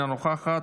אינה נוכחת,